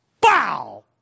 bow